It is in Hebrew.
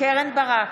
קרן ברק,